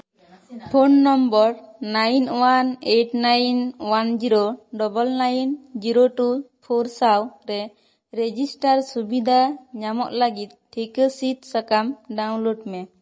phone number nine one eight nine one zero double nine zero two four ᱥᱟᱶ ᱨᱮ register ᱥᱩᱵᱤᱫᱟ ᱧᱟᱢᱚᱜ ᱞᱟᱹᱜᱤᱫ ᱴᱤᱠᱟᱹ ᱥᱤᱫ ᱥᱟᱠᱟᱢ ᱰᱟᱣᱩᱱᱞᱳᱰ ᱢᱮ